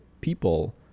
people